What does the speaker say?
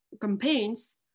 campaigns